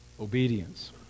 obedience